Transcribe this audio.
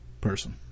person